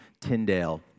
Tyndale